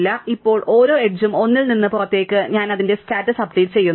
അതിനാൽ ഇപ്പോൾ ഓരോ എഡ്ജിനും 1 ൽ നിന്ന് പുറത്തേക്ക് ഞാൻ അതിന്റെ സ്റ്റാറ്റസ് അപ്ഡേറ്റ് ചെയ്യുന്നു